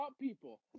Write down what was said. people